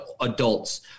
adults